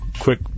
Quick